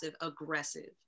aggressive